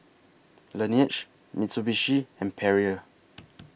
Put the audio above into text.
Laneige Mitsubishi and Perrier